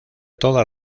todas